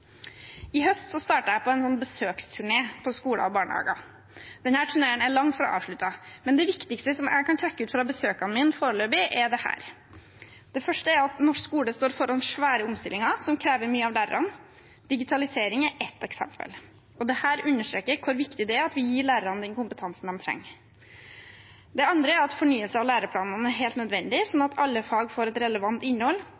I høst startet jeg på en besøksturné til skoler og barnehager. Denne turneen er langt fra avsluttet, men det viktigste jeg kan trekke ut fra besøkene mine foreløpig, er dette: Det første er at norsk skole står foran store omstillinger som krever mye av lærerne – digitalisering er ett eksempel. Dette understreker hvor viktig det er at vi gir lærerne den kompetansen de trenger. Det andre er at fornyelse av læreplanene er helt nødvendig, slik at alle fag får et relevant innhold,